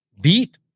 beat